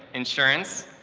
insurance,